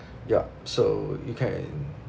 ya so you can